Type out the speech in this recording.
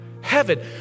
heaven